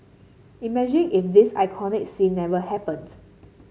imagine if this iconic scene never happened